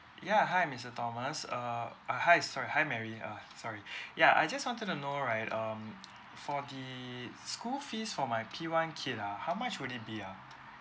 ya hi mister thomas err uh hi sorry hi mary uh sorry ya I just wanted to know right um for the school fees for my P one kid ah how much would it be ah